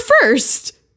first